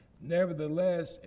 Nevertheless